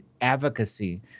advocacy